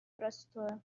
простое